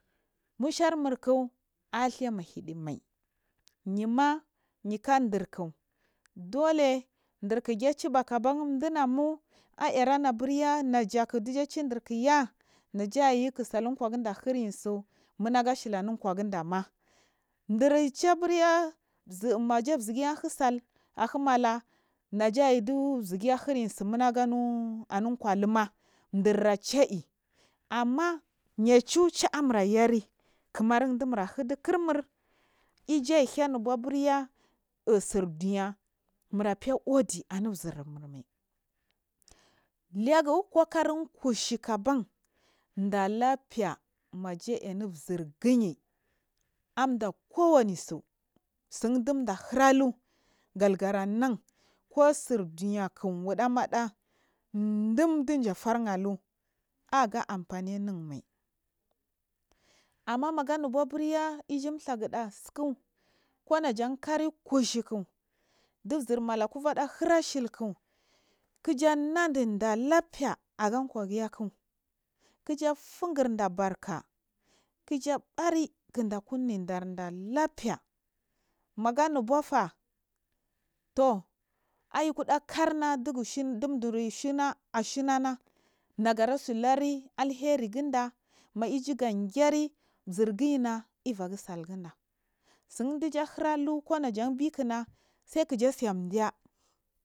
Musharnurka athuy mahidimai nima nikanɗirk dole chire dirk kec bakban clungmu aiy tamaburya najak ɗiya chim chirkya nakayn k tsei clu kwaguda irin tsimu nagu ashiteni kwaguundama ɗurce burya maja zigiya ahu sall mala naja yudu zigiye hiri summegu enu kwa huma dira ce i amma yeci cuci chanur a yari kumar chimurchir chi kirmur ya he nuba burya uu su duniya murafe udu anuzirmai leguiko kari kunshik ɗalaɓfe yainu zirgiyi amda kwani su tsin dibs mur hirlu galuganan ko surdu niyak wudamoda dum diji her alu aga amfaninumai amma maganur ba burya you ɗhaguda tsiku kanan jan kari kushuk ɗizir mala kuvada hir ashilik kiya nands ɗarlebfe aga kwagiya kilyi fungi ɗa barka kya bari ɗiɗarɗa lebfe maga nubsfa tur aiyikudi kuma ɗiggashin ɗichur shinnana to negarse liuri alherigundu maiyu gengeni zirgima efftemu suchagu sindiyi hirlu komayes bikins.